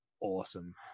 awesome